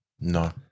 No